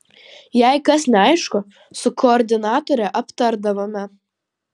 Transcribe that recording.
jei kas neaišku su koordinatore aptardavome